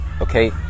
okay